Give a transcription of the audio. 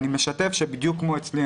אני משתף שזה בדיוק כמו אצלי.